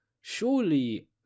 Surely